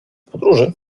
podróży